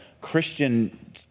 Christian